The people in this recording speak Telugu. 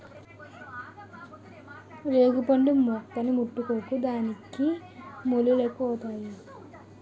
రేగుపండు మొక్కని ముట్టుకోకు దానికి ముల్లెక్కువుంతాయి